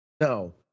No